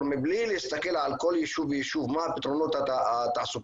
מבלי להסתכל על כל יישוב ויישוב מה פתרונות התעסוקה